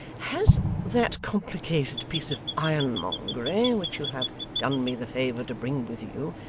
has that complicated piece of ironmongery which you have done me the favour to bring with you,